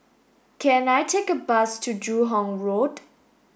can I take a bus to Joo Hong Road